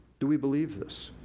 do we believe this?